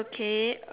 okay